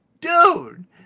dude